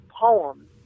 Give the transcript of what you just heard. poem